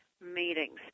meetings